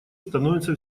становится